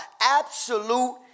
absolute